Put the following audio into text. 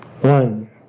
One